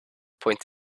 point